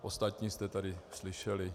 Ostatní jste tady slyšeli.